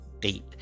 deep